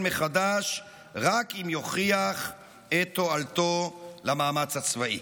מחדש רק אם יוכיח את תועלתו למאמץ הצבאי.